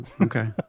Okay